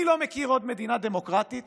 אני לא מכיר עוד מדינה דמוקרטית